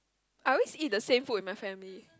I always eat the same food with my family